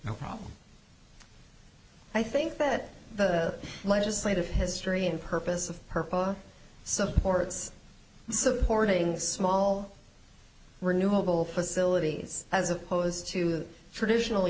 no problem i think that the legislative history and purpose of purple supports supporting small renewable facilities as opposed to the traditional